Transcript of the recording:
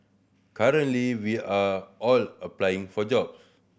currently we are all applying for jobs